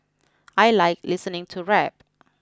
I like listening to rap